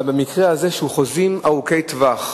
אבל במקרה הזה של חוזים ארוכי טווח,